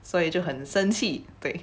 所以就很生气对